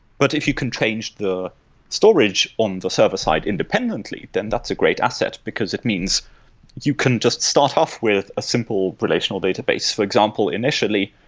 but if you can change the storage on the server-side independently, then that's a great asset, because it means you can just start off with a simple relational database. for example, initially,